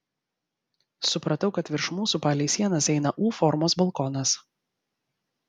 supratau kad virš mūsų palei sienas eina u formos balkonas